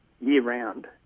year-round